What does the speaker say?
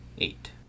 eight